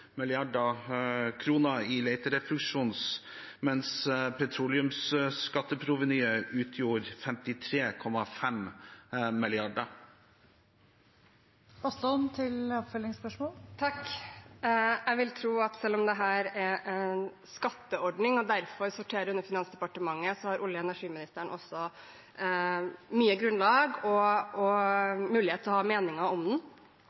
i leterefusjon, mens petroleumsskatteprovenyet utgjorde 53,5 mrd. kr. Det blir oppfølgingsspørsmål – først Une Bastholm. Jeg vil tro at selv om dette er en skatteordning og derfor sorterer under Finansdepartementet, så har olje- og energiministeren også mye grunnlag og mulighet til å ha meninger om den.